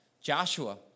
Joshua